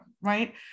right